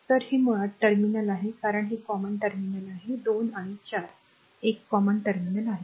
तर हे मुळात टर्मिनल आहे कारण हे common टर्मिनल आहे 2 आणि 4 एक common टर्मिनल आहे